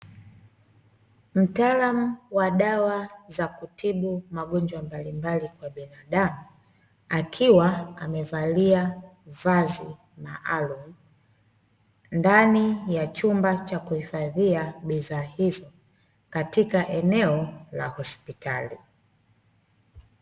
Mtaalamu wa dawa za kutibu magonjwa mbalimbali kwa binadamu, akiwa amevalia vazi maalum ndani ya chumba cha kuhifadhia bidhaa hizo katika eneo la hospitali.